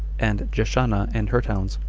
and jeshanah and her towns.